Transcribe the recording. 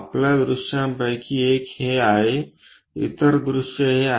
आपल्या दृश्यांपैकी एक हे आहे इतर दृश्य हे आहे